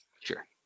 sure